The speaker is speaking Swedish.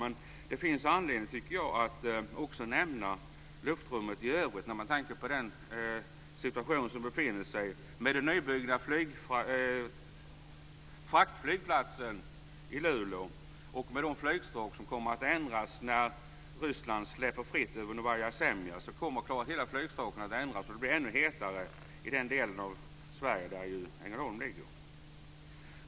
Men det finns anledning, tycker jag, att också nämna luftrummet i övrigt när man tänker på den situation vi befinner oss i med den nybyggda fraktflygplatsen i Luleå och med de flygstråk som kommer att ändras när Ryssland släpper det fritt över Novaja Semlja. Då kommer hela flygsaken att ändras, och det blir ännu hetare i den delen av Sverige där Ängelholm ligger.